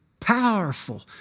powerful